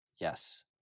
yes